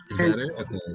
Okay